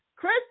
Chris